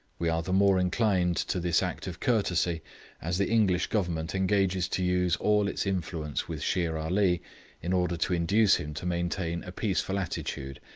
we are the more inclined to this act of courtesy as the english government engages to use all its influence with shere ali in order to induce him to maintain a peaceful attitude,